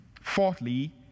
Fourthly